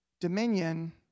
dominion